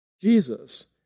Jesus